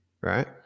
right